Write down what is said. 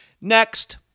Next